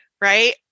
right